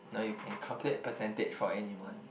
no you can calculate percentage for anyone